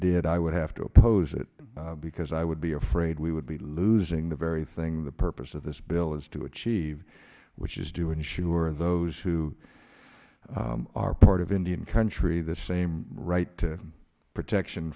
did i would have to oppose it because i would be afraid we would be losing the very thing the purpose of this bill is to achieve which is do ensure those who are part of indian country the same right to protection